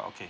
okay